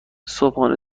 صبحانه